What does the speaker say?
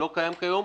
שלא קיים היום,